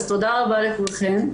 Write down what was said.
אז תודה רבה לכולכם.